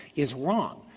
is wrong.